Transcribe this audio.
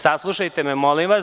Saslušajte me, molim vas.